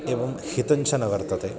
एवं हितञ्च न वर्तते